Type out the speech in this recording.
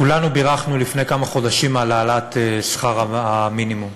כולנו בירכנו לפני כמה חודשים על העלאת שכר המינימום,